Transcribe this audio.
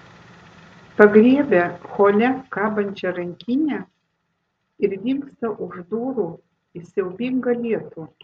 pagriebia hole kabančią rankinę ir dingsta už durų į siaubingą lietų